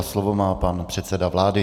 A slovo má pan předseda vlády.